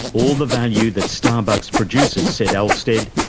all the value that starbucks produces, said alstead,